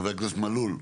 חבר הכנסת מלול,